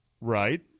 Right